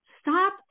Stop